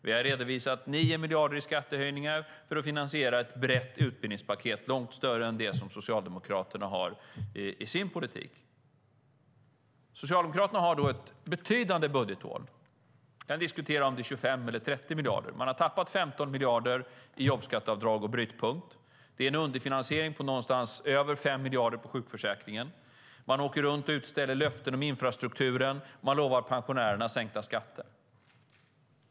Vi har redovisat 9 miljarder i skattehöjningar för att finansiera ett brett utbildningspaket, långt större än det som Socialdemokraterna har i sin politik. Socialdemokraterna har ett betydande budgethål. Vi kan diskutera om det är 25 miljarder eller 30 miljarder. Ni har tappat 15 miljarder i jobbskatteavdrag och brytpunkt. Det är en underfinansiering av sjukförsäkringen på över 5 miljarder. Ni åker runt och utställer löften om infrastrukturen och lovar pensionärerna sänkta skatter.